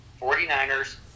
49ers